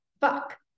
fuck